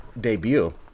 debut